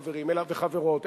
חברים וחברות,